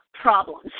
problems